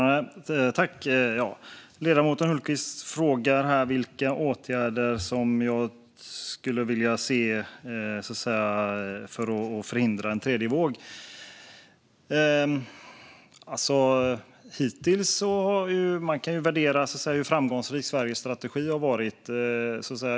Fru talman! Ledamoten Hultberg frågar vilka åtgärder som jag skulle vilja se för att förhindra en tredje våg. Man kan värdera hur framgångsrik Sveriges strategi har varit.